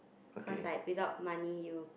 cause like without money you